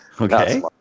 Okay